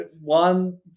one